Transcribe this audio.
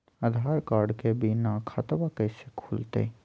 आधार card के बिना खाताबा कैसे खुल तय?